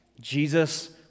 Jesus